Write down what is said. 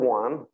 one